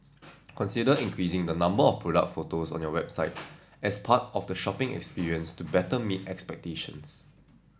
consider increasing the number of product photos on your website as part of the shopping experience to better meet expectations